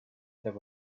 there